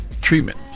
treatment